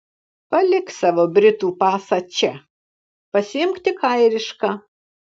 palik savo britų pasą čia pasiimk tik airišką